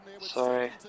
Sorry